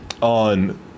on